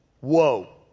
Whoa